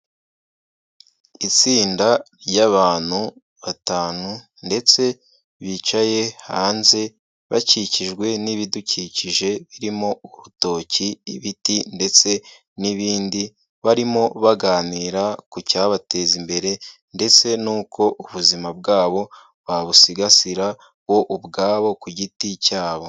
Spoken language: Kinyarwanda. Itsinda ry'abantu batanu ndetse bicaye hanze bakikijwe n'ibidukikije birimo urutoki, ibiti ndetse n'ibindi, barimo baganira ku cyabateza imbere ndetse n'uko ubuzima bwabo babusigasira bo ubwabo ku giti cyabo.